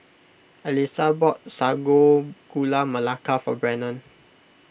Alysa bought Sago Gula Melaka for Brennon